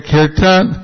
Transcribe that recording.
Kirtan